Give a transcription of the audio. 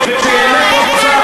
וכשאינך רוצה,